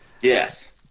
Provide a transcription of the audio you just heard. Yes